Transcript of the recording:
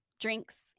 drinks